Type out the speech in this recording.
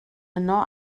yno